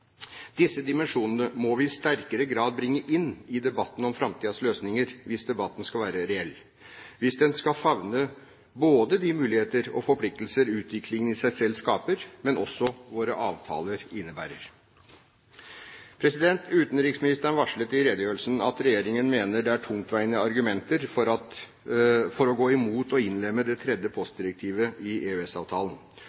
Disse dimensjonene må vi i sterkere grad bringe inn i debatten om framtidens løsninger hvis debatten skal være reell, hvis den skal favne både de muligheter og forpliktelser som utviklingen i seg selv skaper, men som også våre avtaler innebærer. Utenriksministeren varslet i redegjørelsen at regjeringen mener det er tungtveiende argumenter for å gå imot å innlemme det tredje